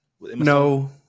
No